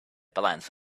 balance